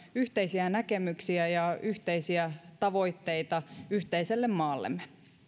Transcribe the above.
yhteisiä näkemyksiä ja yhteisiä tavoitteita yhteiselle maallemme